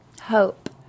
hope